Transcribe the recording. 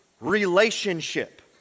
relationship